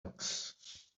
rocks